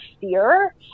fear